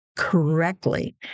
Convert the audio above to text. Correctly